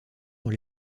dans